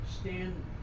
stand